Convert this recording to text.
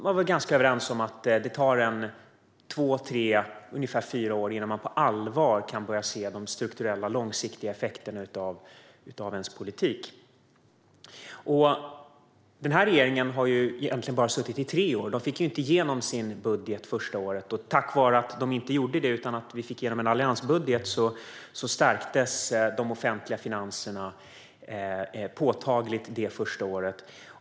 Man var ganska överens om att det tar två tre eller kanske fyra år innan man på allvar kan börja se de strukturella, långsiktiga effekterna av sin politik. Den här regeringen har egentligen bara suttit i tre år, för de fick inte igenom sin budget det första året. Tack vare att vi fick igenom en alliansbudget stärktes de offentliga finanserna påtagligt det första året.